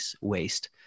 waste